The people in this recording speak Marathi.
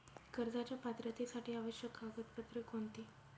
कर्जाच्या पात्रतेसाठी आवश्यक कागदपत्रे कोणती?